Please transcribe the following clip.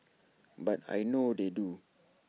but I know they do